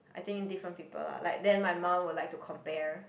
I think different people lah like then my mum will like to compare